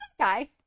guy